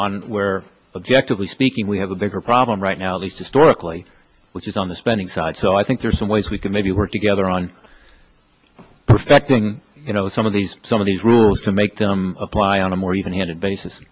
on where objectively speaking we have a bigger problem right now least historically which is on the spending side so i think there's some ways we can maybe work together on perfecting you know some of these some of these rules to make them apply on a more even handed basis